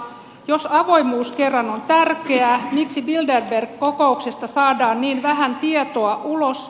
jos avoimuus kerran on tärkeää miksi bilderberg kokouksesta saadaan niin vähän tietoa ulos